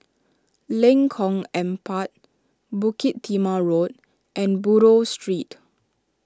Lengkong Empat Bukit Timah Road and Buroh Street